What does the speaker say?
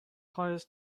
hires